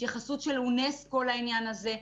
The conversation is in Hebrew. התייחסות של אונסק"ו לעניין הזה.